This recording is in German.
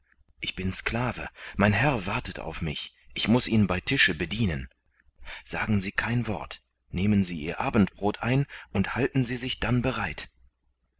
ich bin sklave mein herr wartet auf mich ich muß ihn bei tische bedienen sagen sie kein wort nehmen sie ihr abendbrot ein und halten sie sich dann bereit